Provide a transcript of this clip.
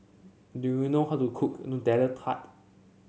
do you know how to cook Nutella Tart